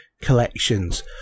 collections